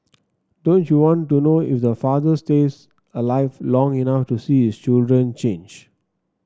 don't you want to know if the father stays alive long enough to see his children change